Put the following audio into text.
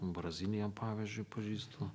brazilija pavyzdžiui pažįstu